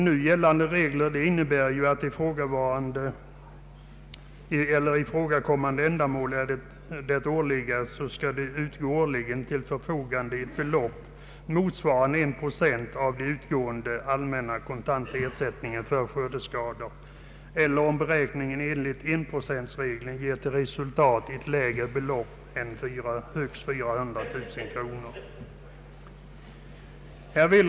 Nu gällande regler innebär att det för ifrågavarande ändamål årligen skall stå till förfogande ett belopp motsvarande en procent av de utgående allmänna kontanta ersättningarna för skördeskador, eller, om beräkning enligt enprocentsregeln ger till resultat ett lägre belopp, 400 000 kronor.